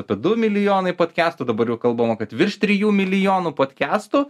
apie du milijonai podkestų dabar jau kalbama kad virš trijų milijonų podkestų